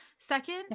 second